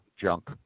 junk